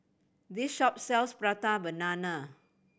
this shop sells Prata Banana